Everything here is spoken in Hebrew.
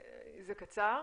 זה קצר?